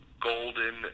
golden